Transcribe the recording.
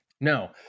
No